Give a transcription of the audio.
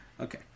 Okay